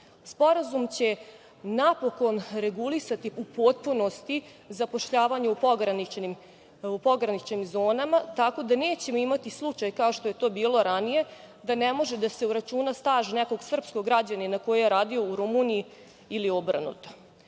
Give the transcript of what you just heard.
oblasti. Sporazum će napokon regulisati u potpunosti zapošljavanje u pograničnim zonama, tako da nećemo imati slučaj, kao što je to bilo ranije, da ne može da se uračuna staž nekog srpskog građanina koji je radio u Rumuniji, ili obrnuto. Koliko